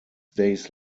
days